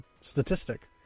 statistic